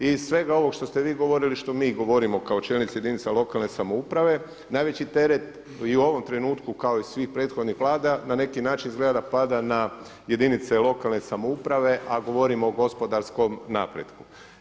Iz svega ovog što ste vi govorili, što mi govorimo kao čelnici jedinica lokalne samouprave najveći teret i u ovom trenutku kao i svih prethodnih Vlada na neki način izgleda da pada na jedinice lokalne samouprave, a govorimo o gospodarskom napretku.